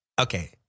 okay